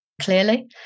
clearly